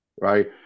Right